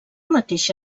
mateixa